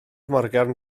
morgan